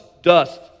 dust